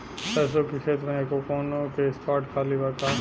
सरसों के खेत में एगो कोना के स्पॉट खाली बा का?